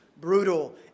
brutal